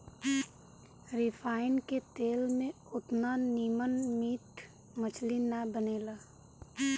refine के तेल में ओतना निमन मीट मछरी ना बनेला